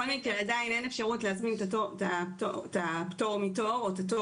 בכל מקרה עדיין אין אפשרות להזמין את הפטור מתור או את התור